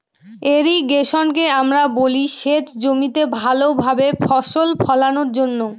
ইর্রিগেশনকে আমরা বলি সেচ জমিতে ভালো ভাবে ফসল ফোলানোর জন্য